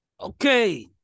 Okay